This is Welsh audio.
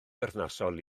berthnasol